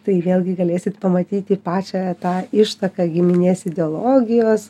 tai vėlgi galėsit pamatyti pačią tą ištaką giminės ideologijos